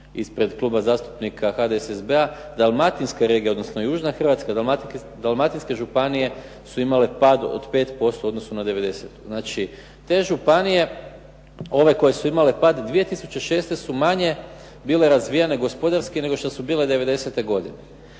ispred Kluba zastupnika HDSSB-a, dalmatinska regija, odnosno južna Hrvatska, dalmatinske županije su imale pad od 5% u odnosu na '90. Znači te županije, ove koje su imale pad, 2006. su manje bile razvijene gospodarski nego što su bile '90. godine.